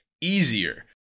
easier